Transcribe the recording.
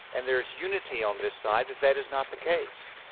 and there is unity on this side that that is not the case.